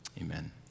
amen